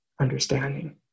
understanding